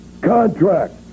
Contract